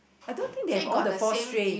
I don't think they have all the four strains